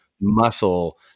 muscle